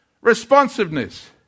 Responsiveness